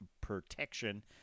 protection